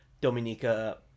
Dominica